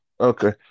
Okay